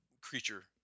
creature